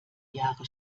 jahre